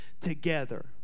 together